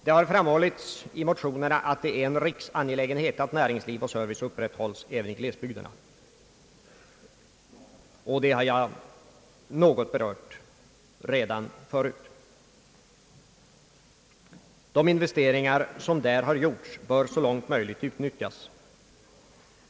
Det har framhållits i motionerna att det är en riksangelägenhet att näringsliv och service upprätthålles även i glesbygderna, och det har jag något berört redan förut. De inwesteringar som där har gjorts bör så långt möjligt utnyttjas.